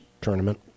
tournament